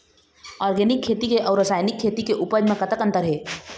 Organic खेती के अउ रासायनिक खेती के उपज म कतक अंतर हे?